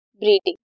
breeding